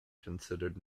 considered